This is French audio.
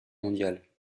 mondiale